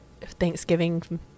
Thanksgiving